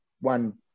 one